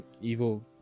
evil